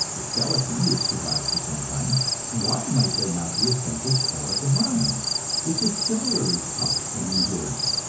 the skeleton, which survives for some time why might there not be a central core of the mind which is similarly tough and enduring?